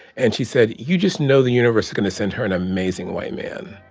and she said, you just know the universe is going to send her an amazing white man,